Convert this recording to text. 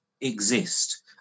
exist